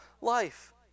life